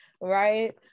right